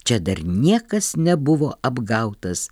čia dar niekas nebuvo apgautas